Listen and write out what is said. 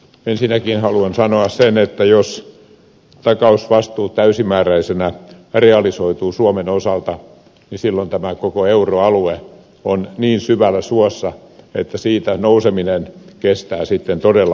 ensinnäkin haluan sanoa sen että jos takausvastuu täysimääräisenä realisoituu suomen osalta niin silloin tämä koko euroalue on niin syvällä suossa että siitä nouseminen kestää sitten todella pitkään